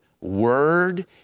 word